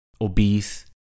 obese